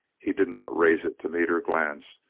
he did not raise it to meet her glance,